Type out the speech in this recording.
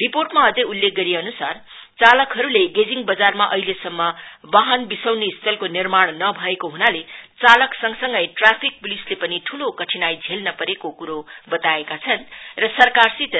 रिपोर्टमा अझै उल्लेख गरिएअनुसार चालकहरुले गेजिङ बजारमा अहिलेसम्म वाहन विसौनी स्थलको निर्माण नभाएको हुनाले चालक संगसंगै ट्राफिक पुलिसले पनि ठूलो कठिनाई झेल्न परेको कुरो बताएका छन् र सरकारसित